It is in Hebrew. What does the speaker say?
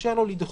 לאפשר לו לדחות.